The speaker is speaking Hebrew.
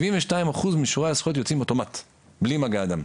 72% מאישורי הזכויות יוצאים אוטומט בלי מגע אדם.